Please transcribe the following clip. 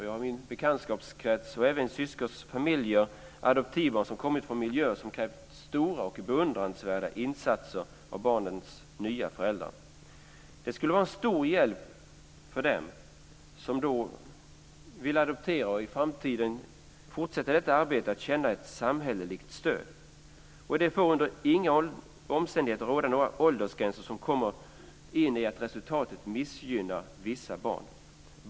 Jag har i min bekantskapskrets och även i mina syskons familjer adoptivbarn som kommit från miljöer som krävt stora och beundransvärda insatser av barnens nya föräldrar. Det skulle vara en stor hjälp för dem som vill adoptera och i framtiden fortsätta detta arbete att känna ett samhälleligt stöd. Det får under inga omständigheter råda några åldersgränser som kommer att resultera i att några barn missgynnas.